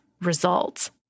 results